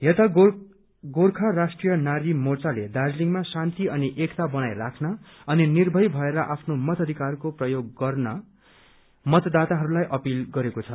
यता गोर्खा राष्ट्रीय नारी मोर्चाले दार्जीलिङमा शान्ति अनि एकता बनाई राख्न अनि निर्भय भएर आफ्नो मताधिकारको प्रयोग गर्ने मतदाताहरूलाई अपिल गरेको छ